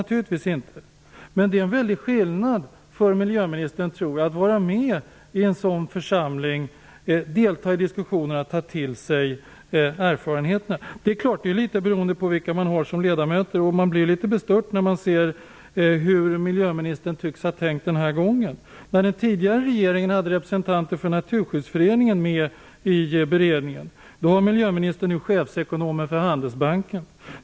Men jag menar att det skulle vara en stor skillnad om miljöministern vore med i en sådan församling, deltog i diskussionerna och tog till sig erfarenheterna därifrån. Men detta är naturligtvis också beroende av vilka ledamöter som man sätter in, och jag blev litet bestört när jag såg hur miljöministern tycks ha tänkt. Medan den tidigare regeringen hade representanter för Naturskyddsföreningen med i beredningen har miljöministern satt in chefsekonomen i Handelsbanken.